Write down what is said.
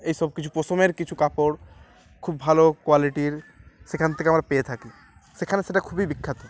এইসব কিছু পশমের কিছু কাপড় খুব ভালো কোয়ালিটির সেখান থেকে আমার পেয়ে থাকি সেখানে সেটা খুবই বিখ্যাত